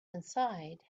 inside